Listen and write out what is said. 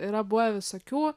yra buvę visokių